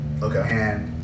okay